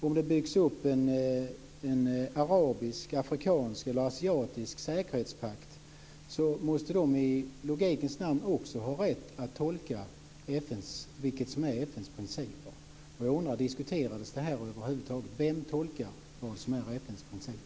Om det byggs upp en arabisk, afrikansk eller asiatisk säkerhetspakt måste den i logikens namn också ha rätt att tolka vad som är FN:s principer. Jag undrar: Diskuterade man över huvud taget frågan om vem som tolkar vad som är FN:s principer?